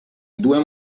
due